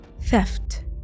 theft